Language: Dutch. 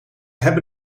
hebben